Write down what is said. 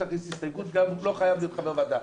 אני מבקש להכניס הסתייגות שהוא גם לא חייב להיות חבר ועדה.